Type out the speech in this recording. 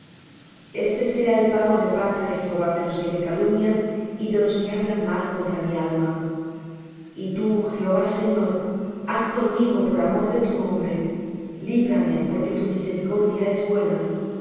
este sea el pago de parte de jehová de los que me calumnian y de los que hablan mal contra mi alma y tú jehová señor haz conmigo por amor de tu nombre líbrame porque tu misericordia es buena